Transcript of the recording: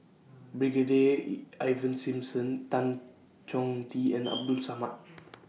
Brigadier E Ivan Simson Tan Chong Tee and Abdul Samad